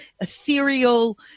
ethereal